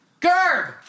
Gerb